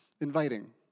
inviting